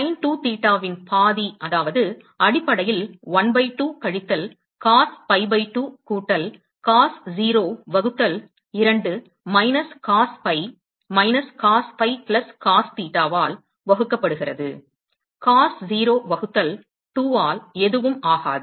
sign 2 தீட்டாவின் பாதி அதாவது அடிப்படையில் 1 பை 2 கழித்தல் காஸ் pi பை 2 கூட்டல் காஸ் 0 வகுத்தல் 2 minus cos pi minus cos pi plus cos தீட்டா வகுக்கப்படுகிறது காஸ் 0 வகுத்தல் 2 ஆல் எதுவும் ஆகாது